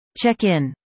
Check-in